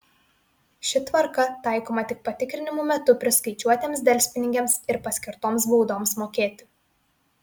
ši tvarka taikoma tik patikrinimų metu priskaičiuotiems delspinigiams ir paskirtoms baudoms mokėti